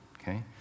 okay